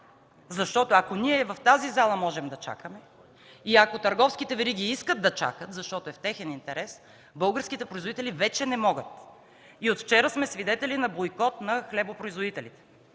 Защото, ако ние в тази зала можем да чакаме и ако търговските вериги искат да чакат, защото е в техен интерес, българските производители вече не могат. От вчера сме свидетели на бойкот на хлебопроизводителите.